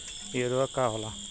इ उर्वरक का होला?